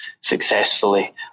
successfully